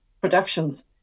productions